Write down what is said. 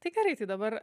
tai gerai tai dabar